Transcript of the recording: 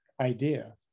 idea